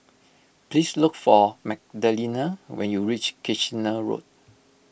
please look for Magdalena when you reach Kitchener Road